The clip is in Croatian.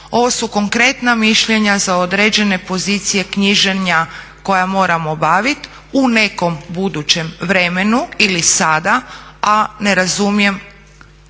ovo su konkretna mišljenja za određene pozicije knjiženja koja moramo obavit u nekom budućem vremenu ili sada, a dovoljno